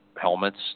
helmets